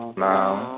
now